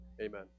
Amen